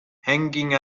hanging